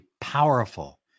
powerful